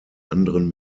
anderen